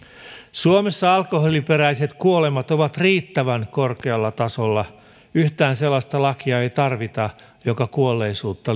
suomessa alkoholiperäiset kuolemat ovat riittävän korkealla tasolla yhtään sellaista lakia ei tarvita joka kuolleisuutta